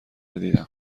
دیدم